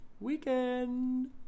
weekend